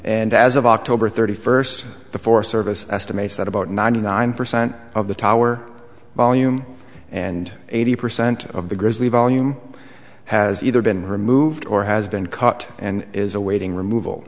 and as of october thirty first the forest service estimates that about ninety nine percent of the tower volume and eighty percent of the grizzly volume has either been removed or has been cut and is awaiting removal